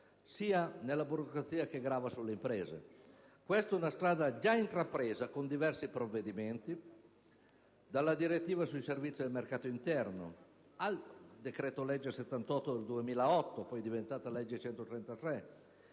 sia nella burocrazia che grava sulle imprese. Questa è una strada già intrapresa con diversi provvedimenti, dalla direttiva sui servizi del mercato interno al decreto‑legge n. 78 del 2008, convertito nella legge n.